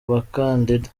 bakandida